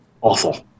awful